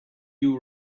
you